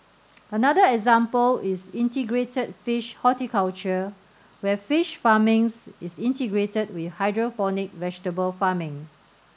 another example is integrated fish horticulture where fish farming is integrated with hydroponic vegetable farming